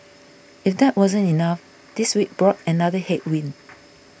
if that wasn't enough this week brought another headwind